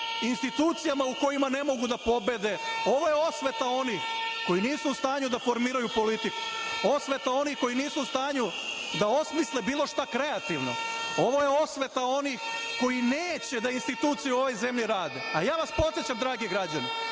institucijama u kojima ne mogu da pobede, ovo je osveta onih koji nisu u stanju da formiraju politiku, osveta onih koji nisu u stanju da osmisle bilo šta kreativno, ovo je osveta onih koji neće da institucije u ovoj zemlji rade. Podsećam vas, dragi građani,